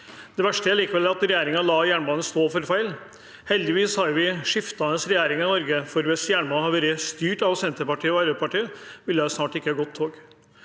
Det verste er likevel at regjeringen lar jernbanen stå for fall. Heldigvis har vi skiftende regjeringer i Norge, for hvis jernbanen alltid hadde vært styrt av Senterpartiet og Arbeiderpartiet, ville det snart ikke ha gått tog.